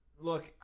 look